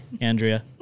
Andrea